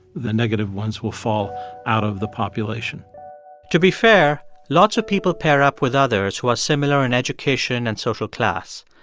the negative ones will fall out of the population to be fair, lots of people pair up with others who are similar in education and social class.